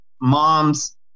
moms